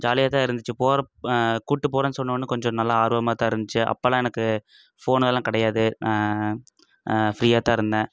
ஜாலியாக தான் இருந்துச்சு போகிறப்ப கூப்பிட்டு போறதுன்னு சொன்னவோடன்னே கொஞ்சம் நல்லா ஆர்வமாக தான் இருந்துச்சு அப்பெல்லாம் எனக்கு ஃபோன் அதெல்லாம் கிடையாது ஃப்ரீயாக தான் இருந்தேன்